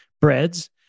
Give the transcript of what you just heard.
breads